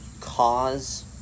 cause